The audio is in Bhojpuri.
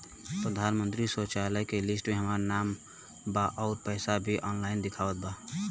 प्रधानमंत्री शौचालय के लिस्ट में हमार नाम बा अउर पैसा भी ऑनलाइन दिखावत बा